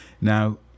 Now